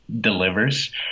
delivers